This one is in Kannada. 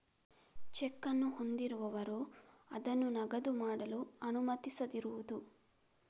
ಚೆಕ್ ಅನ್ನು ಹೊಂದಿರುವವರು ಅದನ್ನು ನಗದು ಮಾಡಲು ಅನುಮತಿಸದಿರುವುದು